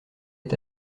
est